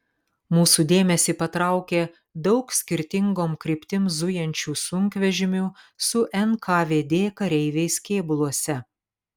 mūsų dėmesį patraukė daug skirtingom kryptim zujančių sunkvežimių su nkvd kareiviais kėbuluose